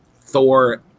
Thor